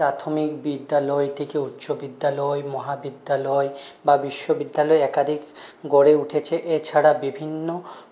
প্রাথমিক বিদ্যালয় থেকে উচ্চ বিদ্যালয় মহাবিদ্যালয় বা বিশ্ববিদ্যালয় একাধিক গড়ে উঠেছে এছাড়া বিভিন্ন